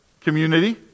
community